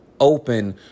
open